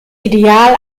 ideal